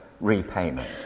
repayment